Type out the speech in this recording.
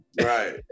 Right